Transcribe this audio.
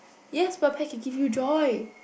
yes but pet can give you joy